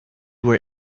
will